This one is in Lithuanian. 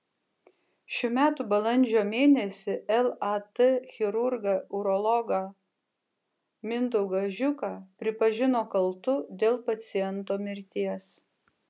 šių metų balandžio mėnesį lat chirurgą urologą mindaugą žiuką pripažino kaltu dėl paciento mirties